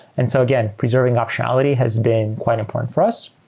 and so again, preserving optionality has been quite important for us.